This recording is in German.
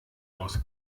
aus